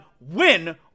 win